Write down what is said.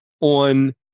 on